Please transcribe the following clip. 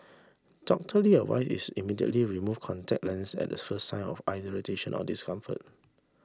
Doctor Lee advice is immediately remove contact lenses at the first sign of eye irritation or discomfort